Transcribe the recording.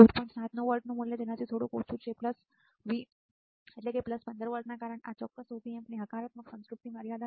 7 વોલ્ટનું મૂલ્ય તેનાથી થોડું ઓછું V 15 વોલ્ટ ના કારણે આ ચોક્કસ op amp ની હકારાત્મક સંતૃપ્તિ મર્યાદા V14